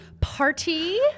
party